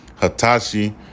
Hitachi